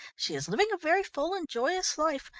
she is living a very full and joyous life,